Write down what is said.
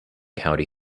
county